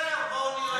בסדר, בואו נראה.